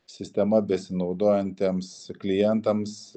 sistema besinaudojantiems klientams